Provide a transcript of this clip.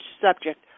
subject